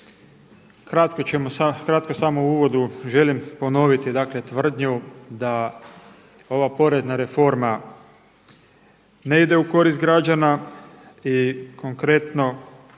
Kratko samo u uvodu želim ponoviti, dakle tvrdnju da ova porezna reforma ne ide u korist građana i konkretno